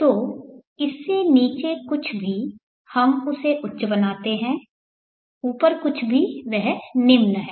तो इससे नीचे कुछ भी है हम उसे उच्च बनाते हैं ऊपर कुछ भी वह निम्न है